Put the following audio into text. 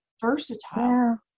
versatile